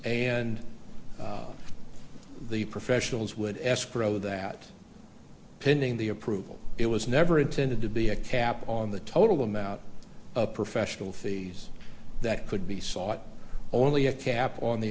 and the professionals would escrow that pending the approval it was never intended to be a cap on the total amount of professional fees that could be sought only a cap on the